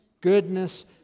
goodness